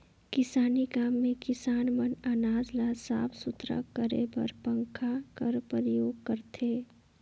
किसानी काम मे किसान मन अनाज ल साफ सुथरा करे बर पंखा कर परियोग करथे